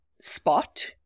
spot